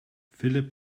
philipp